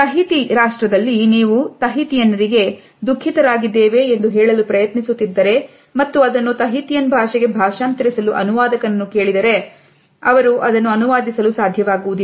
Tahiti ರಿಗೆ ದುಃಖಿತರಾಗಿ ಇದ್ದೇವೆ ಎಂದು ಹೇಳಲು ಪ್ರಯತ್ನಿಸುತ್ತಿದ್ದರೆ ಮತ್ತು ಅದನ್ನು ತಹಿತಿಯನ್ ಭಾಷೆಗೆ ಭಾಷಾಂತರಿಸಲು ಅನುವಾದಕನನ್ನು ಕೇಳಿದರೆ ಅವರು ಅದನ್ನು ಅನುವಾದಿಸಲು ಸಾಧ್ಯವಾಗುವುದಿಲ್ಲ